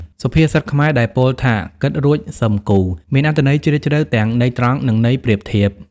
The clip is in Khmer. សុភាសិតខ្មែរដែលពោលថា «គិតរួចសឹមគូរ» មានអត្ថន័យជ្រាលជ្រៅទាំងន័យត្រង់និងន័យប្រៀបធៀប។